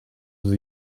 was